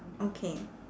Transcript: okay